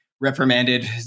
reprimanded